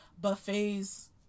buffets